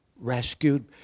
rescued